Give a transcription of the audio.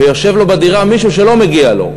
ויושב לו בדירה מישהו שלא מגיע לו.